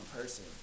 person